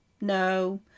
no